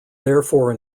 therefore